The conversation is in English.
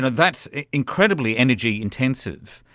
that's incredibly energy intensive.